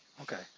Okay